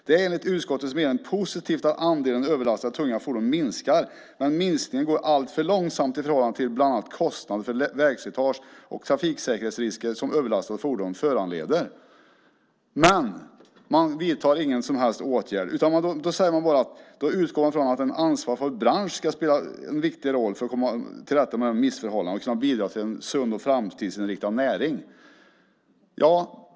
Det är enligt utskottets mening positivt att andelen överlastade tunga fordon minskar, men minskningen går alltför långsamt i förhållande till bland annat kostnader för vägslitage och trafiksäkerhetsrisker som överlastade fordon föranleder. Men man vidtar inga som helst åtgärder. Man utgår bara ifrån att en ansvarsfull bransch ska spela en viktig roll för att komma till rätta med de här missförhållandena och kunna bidra till en sund och framtidsinriktad näring.